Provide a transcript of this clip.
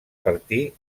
partir